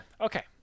Okay